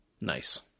nice